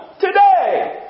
today